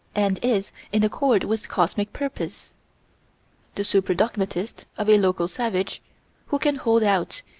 and is in accord with cosmic purpose the super-dogmatist of a local savage who can hold out,